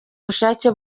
bushake